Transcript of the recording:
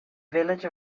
village